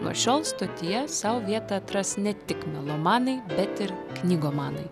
nuo šiol stotyje sau vietą atras ne tik melomanai bet ir knygomanai